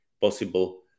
possible